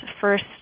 First